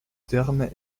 terme